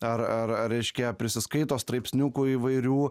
ar ar reiškia prisiskaito straipsniukų įvairių